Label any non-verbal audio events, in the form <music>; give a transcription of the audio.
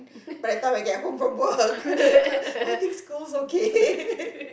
by the time I get home from work <laughs> I think scold okay